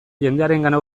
jendearengana